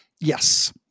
Yes